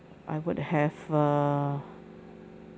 I would have err